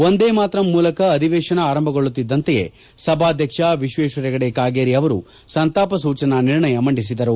ವಂದೇ ಮಾತರಂ ಮೂಲಕ ಅಧಿವೇಶನ ಆರಂಭಗೊಳ್ಳುತ್ತಿದ್ದಂತೆಯೇ ಸಭಾಧ್ಯಕ್ಷ ವಿಶ್ವೇಶ್ವರ ಹೆಗಡೆ ಕಾಗೇರಿ ಅವರು ಸಂತಾಪ ಸೂಚನಾ ನಿರ್ಣಯ ಮಂಡಿಸಿದರು